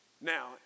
Now